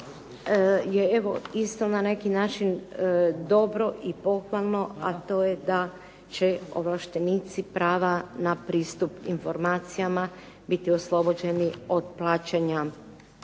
je isto na neki način dobro i pohvalno, a to je da će ovlaštenici prava na pristup informacijama biti oslobođeni od plaćanja